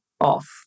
off